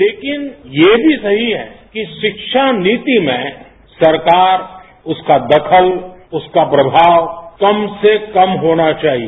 लेकिन ये भी सही है कि शिक्षा नीति में सरकार उसका दखल उसका प्रमाव कम से कम होना चाहिए